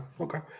okay